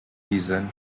reason